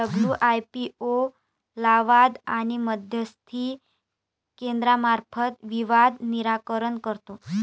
WIPO लवाद आणि मध्यस्थी केंद्रामार्फत विवाद निराकरण करते